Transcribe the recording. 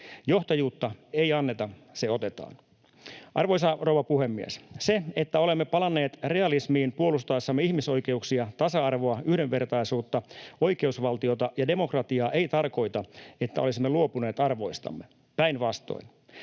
Johtajuutta ei anneta, se otetaan. Arvoisa rouva puhemies! Se, että olemme palanneet realismiin puolustaessamme ihmisoikeuksia, tasa-arvoa, yhdenvertaisuutta, oikeusvaltiota ja demokratiaa, ei tarkoita, että olisimme luopuneet arvoistamme — päinvastoin.